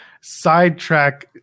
sidetrack